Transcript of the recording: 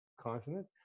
continent